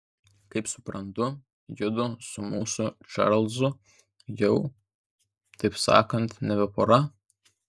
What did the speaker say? kaip suprantu judu su mūsų čarlzu jau taip sakant nebe pora